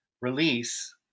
release